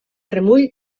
remull